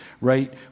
right